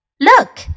Look